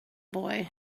boy